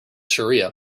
shariah